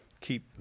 keep